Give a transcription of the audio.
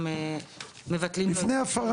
גם מבטלים לו את ההיתר --- לפני ההפרה,